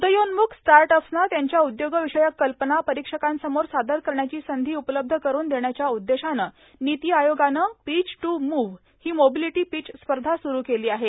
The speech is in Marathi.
उद्योन्म्ख स्टाटअप्सना त्यांच्या उद्योर्गावषयक कल्पना परोक्षकांसमोर सादर करण्याची संधी उपलब्ध करून देण्याच्या उद्देशानं नीती आयोगानं पीच टू मूव्ह हो मोर्बालटो पीच स्पधा सुरू केलो आहे